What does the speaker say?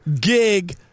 gig